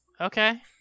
Okay